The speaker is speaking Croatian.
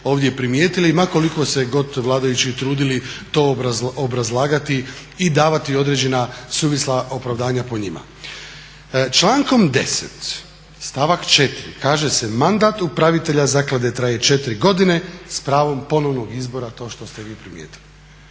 ovdje primijetili ma koliko se god vladajući trudili to obrazlagati i davati određena suvisla opravdanja po njima. Člankom 10. stavak 4. kaže se: "Mandat upravitelja zaklade traje 4 godine s pravom ponovnog izbora to što ste vi primijetili.